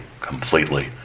completely